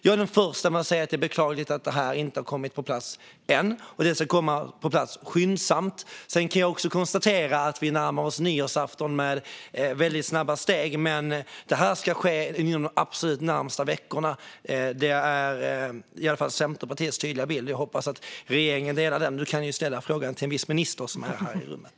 Jag är den förste att säga att det är beklagligt att detta inte har kommit på plats än. Det ska komma på plats skyndsamt. Jag kan också konstatera att vi närmar oss nyårsafton med väldigt snabba steg, men detta ska ske inom de närmaste veckorna. Det är i alla fall Centerpartiets tydliga bild, och jag hoppas att regeringen håller med om den. Du kan ju ställa frågan till en viss minister som är här i rummet!